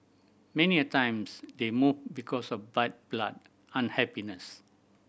many a times they move because of bad blood unhappiness